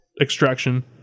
extraction